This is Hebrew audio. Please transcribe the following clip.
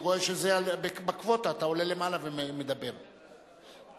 אני קובע שהצעת החוק עברה בקריאה טרומית ותעבור לוועדת החוקה,